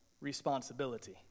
responsibility